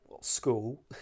school